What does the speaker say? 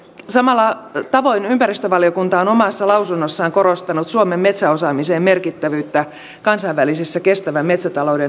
samalla tavoin ympäristövaliokunta on omassa lausunnossaan korostanut suomen metsäosaamisen merkittävyyttä kansainvälisissä kestävän metsätalouden hankkeissa